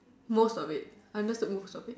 most of it ya that's the most of it